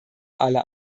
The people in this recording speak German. alle